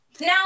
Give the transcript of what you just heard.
Now